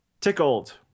Tickled